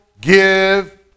give